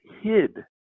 hid